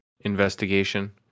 investigation